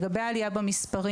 לגבי העלייה במספרים,